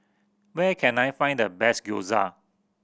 where can I find the best Gyoza